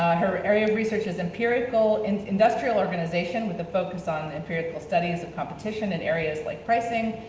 her area of research is empirical and industrial organization with a focus on empirical studies of competition in areas like pricing,